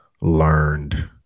learned